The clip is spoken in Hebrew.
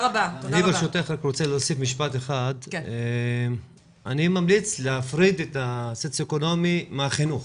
אני ממליץ להפריד את הסוציו-אקונומי מהחינוך.